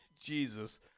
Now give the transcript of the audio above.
Jesus